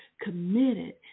committed